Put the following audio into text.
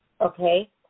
okay